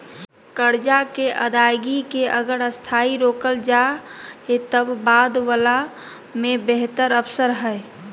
कर्जा के अदायगी के अगर अस्थायी रोकल जाए त बाद वला में बेहतर अवसर हइ